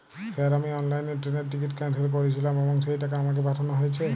Sir আমি অনলাইনে ট্রেনের টিকিট ক্যানসেল করেছিলাম এবং সেই টাকা আমাকে পাঠানো হয়েছে?